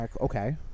Okay